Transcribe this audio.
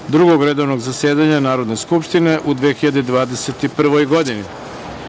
Drugog redovnog zasedanja Narodne skupštine u 2021. godini. Hvala.